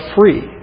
free